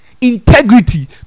integrity